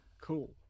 Cool